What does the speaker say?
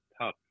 tough